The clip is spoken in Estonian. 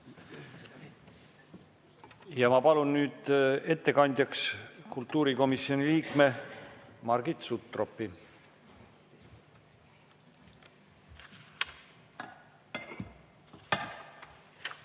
Ma palun nüüd ettekandjaks kultuurikomisjoni liikme Margit Sutropi.